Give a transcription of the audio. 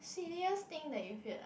silliest thing that you feared